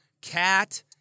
Cat